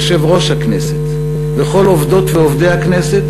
יושב-ראש הכנסת וכל עובדות ועובדי הכנסת,